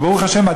וברוך השם,